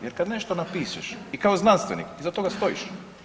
Jer kad nešto napišeš i kao znanstvenik iza toga stojiš.